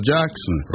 Jackson